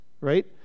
Right